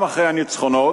גם אחרי הניצחונות,